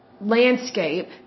landscape